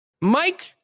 Mike